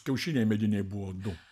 kiaušiniai mediniai buvo du